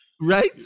right